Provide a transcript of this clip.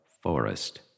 forest